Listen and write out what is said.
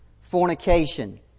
fornication